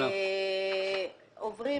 נשלח